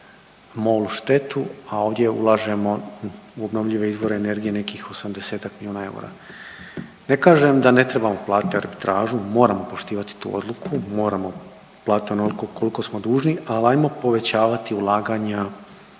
MOL-u štetu, a ovdje ulažemo u obnovljive izvore energije nekih 80-tak milijuna eura. Ne kažem da ne trebamo platiti arbitražu, moramo poštivati tu odluku, moramo platiti onoliko koliko smo dužni ali hajmo povećavati ulaganja